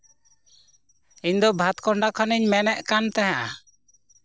ᱤᱧ ᱫᱚ ᱵᱷᱟᱛᱠᱚᱱᱰᱟ ᱠᱷᱚᱱᱤᱧ ᱢᱮᱱᱮᱫ ᱠᱟᱱ ᱛᱟᱦᱮᱸᱫᱼᱟ